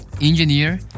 engineer